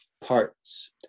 parts